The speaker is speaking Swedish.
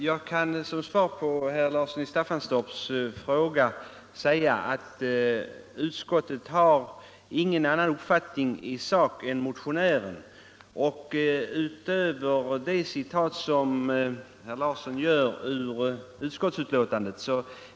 Herr talman! Som svar på den fråga herr Larsson i Staffanstorp ställde kan jag säga att utskottet inte har någon annan uppfattning i sak än motionären. Herr Larsson citerade vad utskottet uttalat i betänkandet.